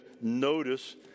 notice